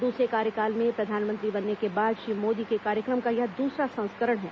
दूसरे कार्यकाल में प्रधानमंत्री बनने के बाद श्री मोदी के कार्यक्रम का यह दूसरा संस्करण है